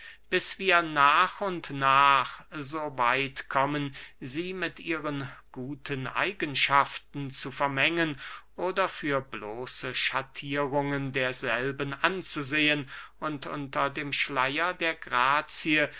bis wir nach und nach so weit kommen sie mit ihren guten eigenschaften zu vermengen oder für bloße schattierungen derselben anzusehen und unter dem schleier der grazie